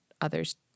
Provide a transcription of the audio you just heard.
others